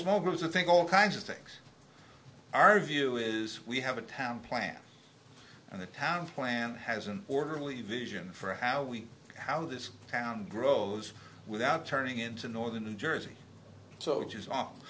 homes i think all kinds of things our view is we have a town plan and the town plan has an orderly vision for how we how this town grows without turning into northern new jersey so